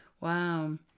Wow